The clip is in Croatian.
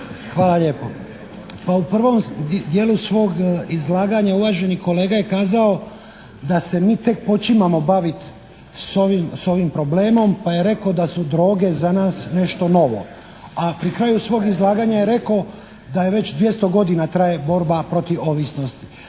Hvala lijepo. Pa u prvom dijelu svog izlaganja uvaženi kolega je kazao da se mi tek počimamo baviti s ovim problemom, pa je rekao da su droge za nas nešto novo. A pri kraju svog izlaganja je rekao da već 200 godina traje borba protiv ovisnosti.